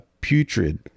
Putrid